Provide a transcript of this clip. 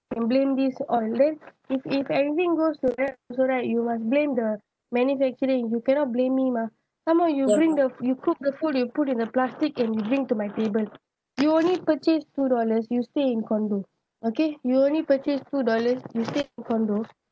and blame this all then if if everything goes to that also right you must blame the manufacturing you cannot blame me mah some more you bring the you cook the food you put in the plastic and you bring to my table you only purchase two dollars you stay in condo okay you only purchase two dollars you take condos